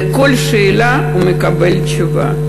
על כל שאלה הוא מקבל תשובה,